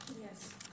Yes